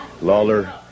Lawler